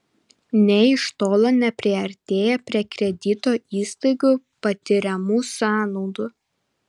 nė iš tolo nepriartėja prie kredito įstaigų patiriamų sąnaudų